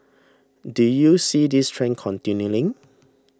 do you see this trend continuing